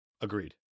Agreed